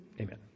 Amen